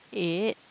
eight